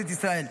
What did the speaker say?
בכנסת ישראל.